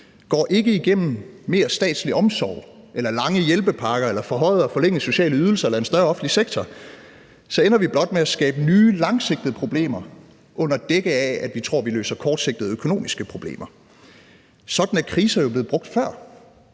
går ikke igennem mere statslig omsorg eller langtrækkende hjælpepakker eller forhøjede og forlængede sociale ydelser eller en større offentlig sektor. Så ender vi blot med at skabe nye, langsigtede problemer, under dække af at vi tror, at vi løser kortsigtede økonomiske problemer. Sådan er kriser jo blevet brugt før.